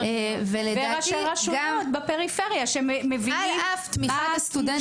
וראשי רשויות בפריפריה ש --- על אף תמיכת הסטודנטים.